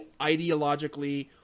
ideologically